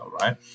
right